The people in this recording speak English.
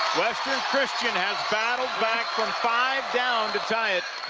western christian has battled back from five down to tie it.